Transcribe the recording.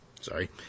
sorry